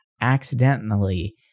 accidentally